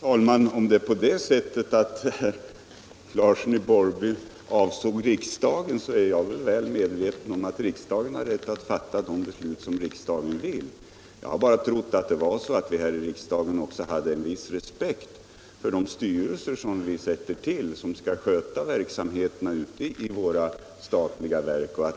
Herr talman! Om herr Larsson i Borrby avsåg riksdagen, så vill jag säga att jag är väl medveten om att riksdagen har rätt att fatta det beslut som riksdagen vill fatta. Jag har bara trott att vi här i riksdagen också hade en viss respekt för de styrelser som vi tillsätter och som skall sköta verksamheten ute i våra statliga verk.